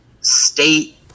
State